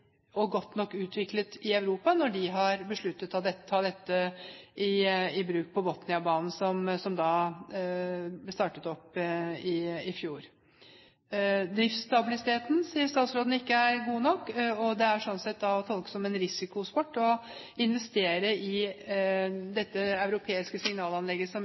og godt nok utviklet i Europa, når de har besluttet å ta dette i bruk på Botniabanen, som ble startet opp i fjor. Driftsstabiliteten sier statsråden ikke er god nok, og det er sånn sett da å tolke som en risikosport å investere i det europeiske signalanlegget som